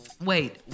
Wait